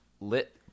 lit